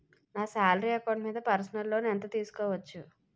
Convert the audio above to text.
నా salary account మీద personal loan ఎంత తీసుకోవచ్చు?